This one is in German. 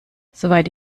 soweit